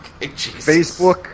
Facebook